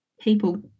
people